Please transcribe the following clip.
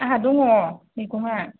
आंहा दङ' मैगंआ